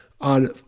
on